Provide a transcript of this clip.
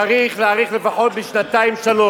צריך להאריך לפחות בשנתיים-שלוש.